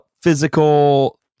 physical